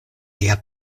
lia